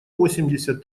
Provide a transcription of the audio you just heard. восемьдесят